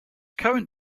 current